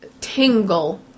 tingle